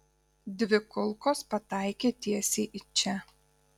dvi kulkos pataikė tiesiai į čia